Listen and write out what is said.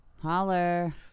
Holler